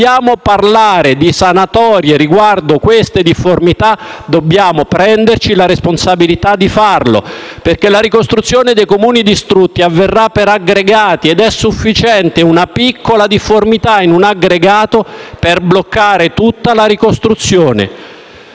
se dobbiamo parlare di sanatorie riguardo a queste difformità, dobbiamo prenderci la responsabilità di farlo, perché la ricostruzione dei Comuni distrutti avverrà per aggregati ed è sufficiente una piccola difformità in un aggregato per bloccare tutta la ricostruzione.